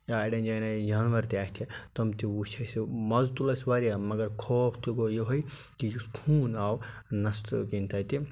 یا اَڑٮ۪ن جٲین آے جاناوار تہِ اَتھِ تِم تہِ وٕچھ اَسہِ مَزٕ تُل اَسہِ وارِیاہ مگر خوف تہِ گوٚو یِہُے کہِ یُس خون آو نستو کِنۍ تَتہِ